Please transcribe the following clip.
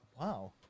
wow